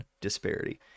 disparity